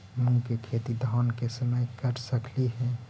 मुंग के खेती धान के समय कर सकती हे?